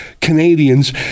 Canadians